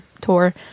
tour